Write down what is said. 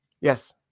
Yes